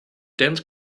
dense